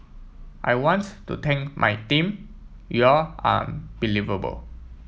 I want to thank my team you're unbelievable